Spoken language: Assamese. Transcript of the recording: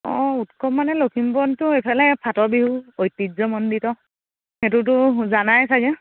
অঁ উৎসৱ মানে লখিমপুৰতটো এইফালে ফাটৰ বিহু ঐতিহ্যমণ্ডিত সেইটোতো জানাই চাগৈ